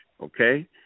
okay